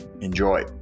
Enjoy